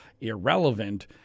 irrelevant